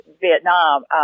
Vietnam